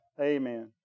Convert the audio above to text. Amen